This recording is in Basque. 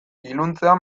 iluntzean